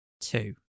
Two